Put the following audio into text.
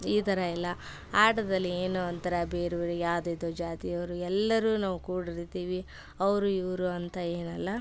ಈ ಥರ ಎಲ್ಲ ಆಟದಲ್ಲಿ ಏನೋ ಒಂಥರ ಬೇರೆ ಬೇರೆ ಯಾವ್ದ್ಯಾವ್ದೋ ಜಾತಿಯವರು ಎಲ್ಲರೂ ನಾವು ಕೂಡಿರ್ತೀವಿ ಅವರು ಇವರು ಅಂತ ಏನಲ್ಲ